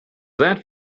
that